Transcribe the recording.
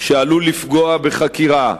שעלול לפגוע בחקירה,